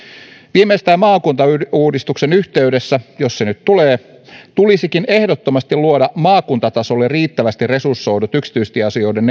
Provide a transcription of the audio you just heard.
viimeistään maakuntauudistuksen yhteydessä jos se nyt tulee tulisikin ehdottomasti luoda maakuntatasolle riittävästi resursoidut yksityistieasioiden